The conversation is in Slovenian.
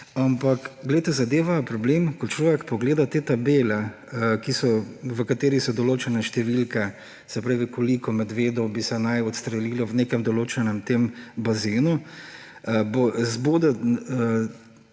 Ampak glejte, ko človek pogleda te tabele, v katerih so določene številke, se pravi, koliko medvedov naj bi se odstrelilo v nekem določenem bazenu, zbode